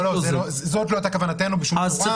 לא, זאת לא הייתה כוונתנו בשום צורה.